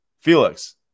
Felix